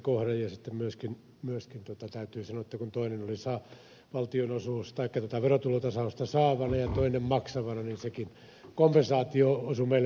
sitten myöskin täytyy sanoa että kun toinen kunta oli verotulotasausta saavana ja toinen maksavana niin sekin kompensaatio osui meille maksimissaan